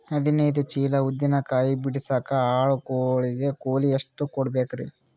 ಹದಿನೈದು ಚೀಲ ಉದ್ದಿನ ಕಾಯಿ ಬಿಡಸಲಿಕ ಆಳು ಗಳಿಗೆ ಕೂಲಿ ಎಷ್ಟು ಕೂಡಬೆಕರೀ?